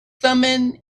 thummim